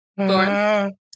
Lauren